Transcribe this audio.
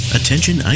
Attention